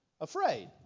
afraid